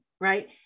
right